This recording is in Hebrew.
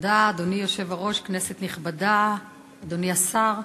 אדוני היושב-ראש, תודה, כנסת נכבדה, אדוני השר,